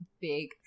big